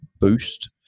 boost